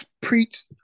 preach